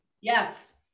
Yes